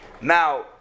Now